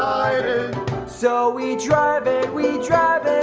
um so we drive and we drive